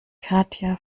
katja